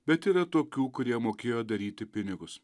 bet yra tokių kurie mokėjo daryti pinigus